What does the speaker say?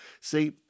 See